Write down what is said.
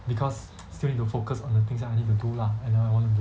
because still need to focus on the things that I need to do lah and that I want to do